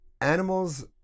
Animals